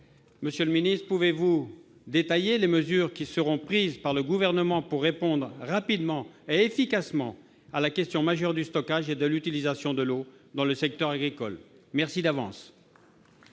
Monsieur le ministre, pouvez-vous détailler les mesures qui seront prises par le Gouvernement pour répondre rapidement et efficacement à la question majeure du stockage et de l'utilisation de l'eau dans le secteur agricole ? Merci d'avance